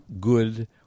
good